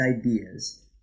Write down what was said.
ideas